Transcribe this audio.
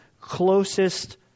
closest